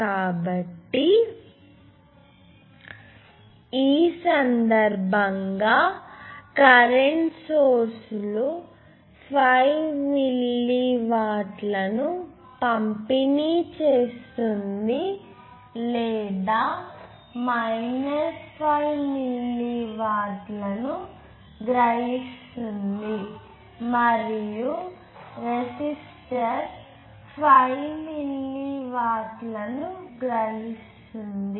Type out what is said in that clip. కాబట్టి ఈ సందర్భంగా కరెంటు సోర్స్ 5 మిల్లీ వాట్లను పంపిణీ చేస్తుంది లేదా మైనస్ 5 మిల్లీ వాట్లను గ్రహిస్తుంది మరియు రెసిస్టర్ 5 మిల్లీ వాట్లను గ్రహిస్తుంది